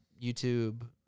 YouTube